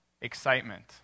excitement